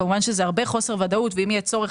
כמובן שזה הרבה חוסר ודאות ואם יהיה צורך,